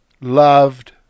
loved